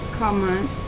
comment